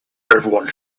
everyone